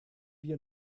wir